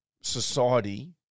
society